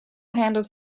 handles